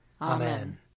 Amen